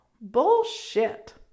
Bullshit